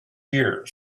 year